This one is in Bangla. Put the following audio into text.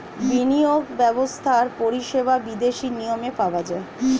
বিনিয়োগ ব্যবস্থার পরিষেবা বিদেশি নিয়মে পাওয়া যায়